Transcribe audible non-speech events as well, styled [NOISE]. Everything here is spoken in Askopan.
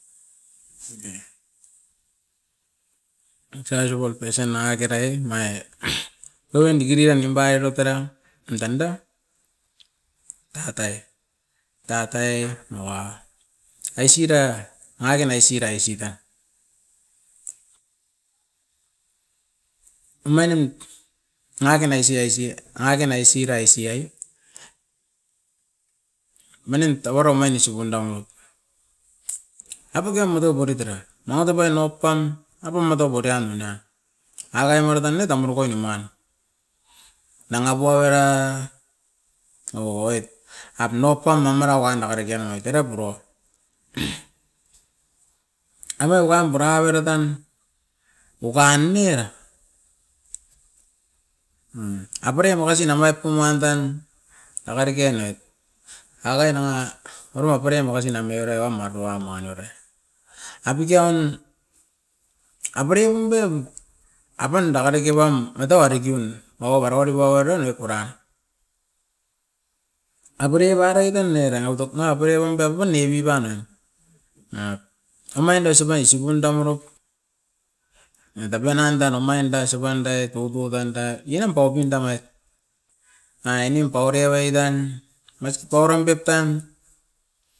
[UNINTELLIGIBLE] nangakerai e omai [NOISE] uruain diki diran nimpaiero tera mm tanda tatai, tatai moa. Aisi ra nangake naisi raisi tan, omainim nangake naisi aisi nangake naisi raisi ai manin tauara omaini sugun daoit, abugia omoto borit era motopoin nopam apum matau purian ena akai muritan ne tamurukoin ni maran. Nanga puo oira o'oit ap nokon non mera wan dake dake a nanga oit era puro, amai ouam purai avere tan, okan ne mm avere makasina omait puman tan aka diki noit, akain nanga aru apere makasi nam ereram maroam mani oire. Abuti aon avere aonde apan dake dake pam, matau a dekeun awau arauari waueren e puran, avere paroit tan eran oi toknabererung taup pan epip panang. Na omain de supai supunda morop adapenandan omain dai supan dai tutu tanda nenam paupuin danai nai ainim paurio oit tan maisi taurem pep tan.